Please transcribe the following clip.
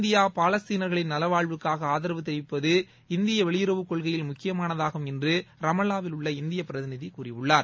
India பாலஸ்தீனர்களின் நல்வாழ்வுக்காக ஆதரவு தெரிவிப்பது இந்திய வெளியறவு கொள்கையில் முக்கியமானதாகும் என்று ரமால்லாவிலுள்ள இந்திய பிரதிநிதி கூறியுள்ளார்